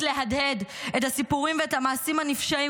להדהד את הסיפורים ואת המעשים הנפשעים,